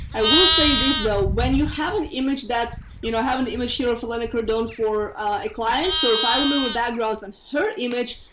i will say this though when you have an image that's you know, having an image here of elena cardone for a client so if i remove a background from her image,